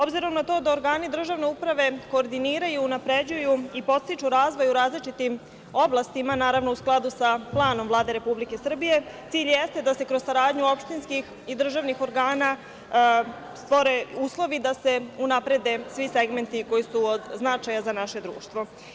Obzirom na to da organi državne uprave koordiniraju, unapređuju i podstiču razvoj u različitim oblastima, naravno, u skladu sa planom Vlade Republike Srbije, cilj i jeste da se kroz saradnju opštinskih i državnih organa stvore uslovi da se unaprede svi segmenti koji su od značaja za naše društvo.